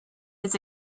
his